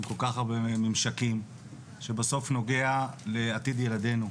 עם כל כך הרבה ממשקים שבסוף נוגע לעתיד ילדינו.